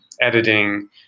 editing